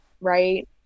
right